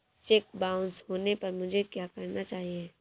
Check bounce होने पर मुझे क्या करना चाहिए?